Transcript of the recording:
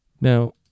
Now